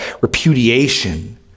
repudiation